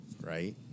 Right